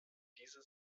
diese